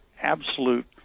absolute